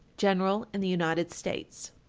general in the united states.